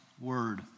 word